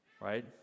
right